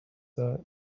that